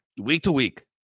week-to-week